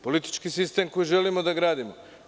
Politički sistem koji želimo da gradimo.